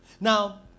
Now